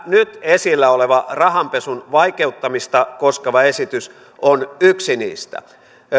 nyt esillä oleva rahanpesun vaikeuttamista koskeva esitys on yksi niistä